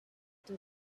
into